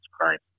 Christ